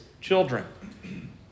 children